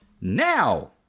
Now